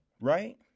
right